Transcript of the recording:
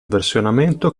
versionamento